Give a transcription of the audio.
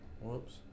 Whoops